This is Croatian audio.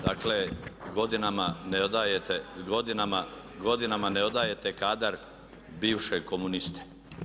Dakle godinama ne odajete, godinama ne odajete kadar bivšeg komuniste.